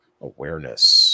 awareness